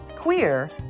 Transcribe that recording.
queer